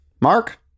Mark